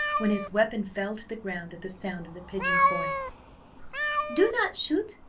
when his weapon fell to the ground at the sound of the pigeon's voice do not shoot,